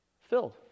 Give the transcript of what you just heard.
filled